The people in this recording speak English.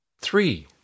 Three